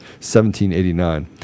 1789